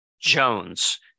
Jones